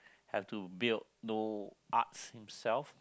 have to build Noah's Ark by himself